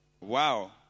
Wow